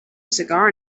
cigar